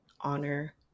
honor